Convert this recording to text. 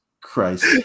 Christ